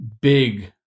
big